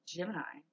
Gemini